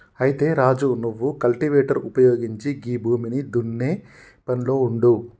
అయితే రాజు నువ్వు కల్టివేటర్ ఉపయోగించి గీ భూమిని దున్నే పనిలో ఉండు